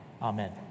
Amen